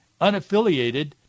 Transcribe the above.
unaffiliated